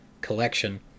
collection